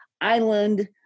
Island